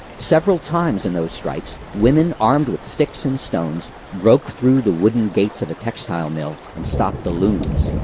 several times in those strikes, women armed with sticks and stones broke through the wooden gates of a textile mill and stopped the looms.